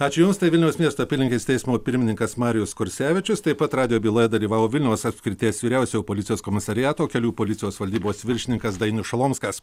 ačiū jums tai vilniaus miesto apylinkės teismo pirmininkas marijus kursevičius taip pat radijo byloje dalyvavo vilniaus apskrities vyriausiojo policijos komisariato kelių policijos valdybos viršininkas dainius šalomskas